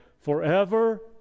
forever